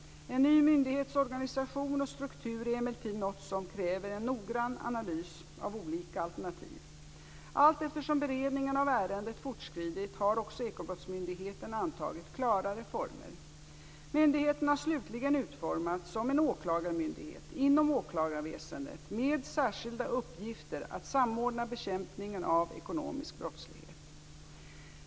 En ny myndighets organisation och struktur är emellertid något som kräver en noggrann analys av olika alternativ. Allteftersom beredningen av ärendet fortskridit har också Ekobrottsmyndigheten antagit klarare former. Myndigheten har slutligen utformats som en åklagarmyndighet inom åklagarväsendet med särskilda uppgifter att samordna bekämpningen av ekonomisk brottslighet.